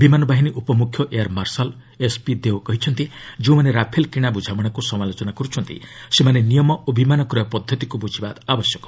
ବିମାନ ବାହିନୀ ଉପମୁଖ୍ୟ ଏୟାର୍ ମାର୍ଶାଲ୍ ଏସ୍ପି ଦେଓ କହିଛନ୍ତି ଯେଉଁମାନେ ରାଫେଲ୍ କିଣା ବୁଝାମଣାକୁ ସମାଲୋଚନା କରୁଛନ୍ତି ସେମାନେ ନିୟମ ଓ ବିମାନ କ୍ରୟ ପଦ୍ଧତିକୁ ବୁଝିବା ଦରକାର